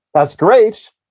that's great,